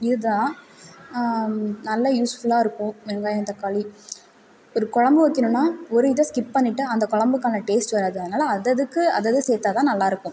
இது தான் நல்லா யூஸ் ஃபுல்லாகருக்கும் வெங்காயம் தக்காளி ஒரு குழும்பு வைக்கணும்ன்னா ஒரு இதை ஸ்கிப் பண்ணிவிட்டு அந்த குழம்புக்கான டேஸ்ட்டு வராது அதனால் அததுக்கு அதது சேர்த்தா தான் நல்லாயிருக்கும்